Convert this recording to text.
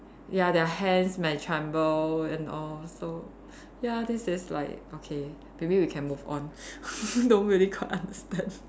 ya their hands might tremble and all so ya this is like okay maybe we can move on don't really quite understand